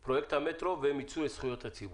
לכן הנושא הוא פרויקט המטרו ומיצוי זכויות הציבור.